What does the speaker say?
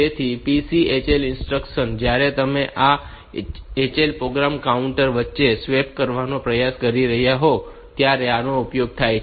તેથી આ PCHL instruction જ્યારે તમે આ HL અને પ્રોગ્રામ કાઉન્ટર વચ્ચે સ્વેપ કરવાનો પ્રયાસ કરી રહ્યાં હોવ ત્યારે આનો ઉપયોગી છે